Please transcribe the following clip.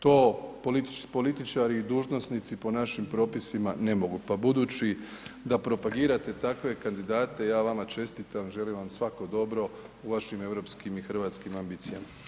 To političari i dužnosnici po našim propisima ne mogu pa budući da propagirate takve kandidate, ja vama čestitam, želim vam svako dobro u vašim europskim i hrvatskim ambicijama.